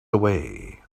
away